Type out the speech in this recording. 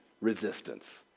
resistance